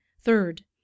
Third